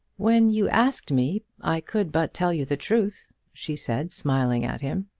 when you asked me, i could but tell you the truth, she said, smiling at him.